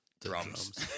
drums